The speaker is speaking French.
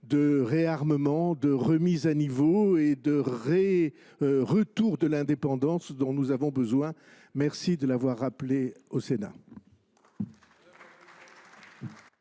de réarmement, de remise à niveau et de retour de l’indépendance dont nous avons besoin sera enfin comprise. Merci de l’avoir rappelé au Sénat.